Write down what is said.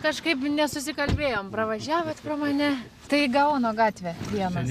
kažkaip nesusikalbėjom pravažiavot pro mane tai į gaono gatvę vienas